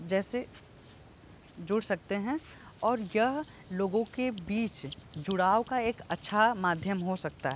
जैसे जुड़ सकते हैं और यह लोगों के बीच जुड़ाव का एक अच्छा माध्यम हो सकता है